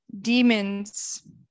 demons